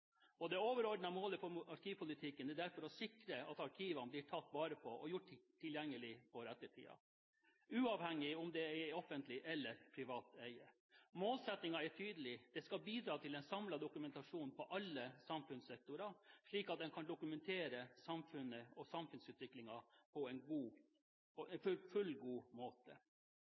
Det overordnede målet for arkivpolitikken er derfor å sikre at arkivene blir tatt vare på og gjort tilgjengelige for ettertida, uavhengig av om det er i offentlig eller privat eie. Målsettingen er tydelig: Det skal bidra til en samlet dokumentasjon på alle samfunnssektorer, slik at en kan dokumentere samfunnet og samfunnsutviklingen på en